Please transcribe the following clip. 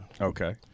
Okay